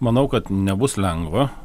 manau kad nebus lengva